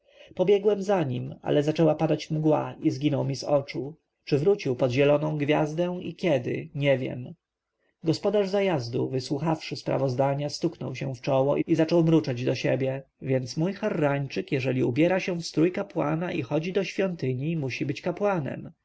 pobiegłem za nim ale zaczęła padać mgła i zginął mi z oczu czy wrócił pod zieloną gwiazdę i kiedy nie wiem gospodarz zajazdu wysłuchawszy sprawozdania stuknął się w czoło i zaczął mruczeć do siebie więc mój harrańczyk jeżeli ubiera się w strój kapłana i chodzi do świątyni musi być kapłanem